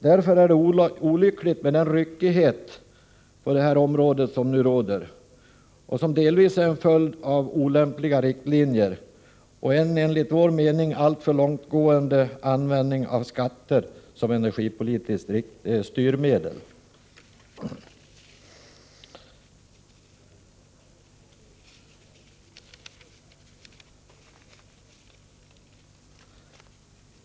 Därför är det olyckligt med den ryckighet på detta område som nu råder och som delvis ären följd av olämpliga riktlinjer och en enligt vår mening alltför långtgående användning av skatter såsom ett energipolitiskt styrmedel.